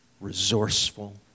resourceful